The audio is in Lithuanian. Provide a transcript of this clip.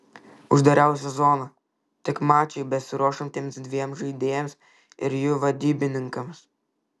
uždariausia zona tik mačui besiruošiantiems dviem žaidėjams ir jų vadybininkams